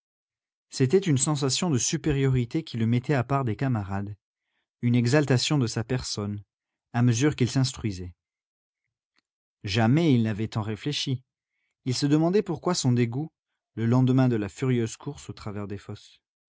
c'était une sensation de supériorité qui le mettait à part des camarades une exaltation de sa personne à mesure qu'il s'instruisait jamais il n'avait tant réfléchi il se demandait pourquoi son dégoût le lendemain de la furieuse course au travers des fosses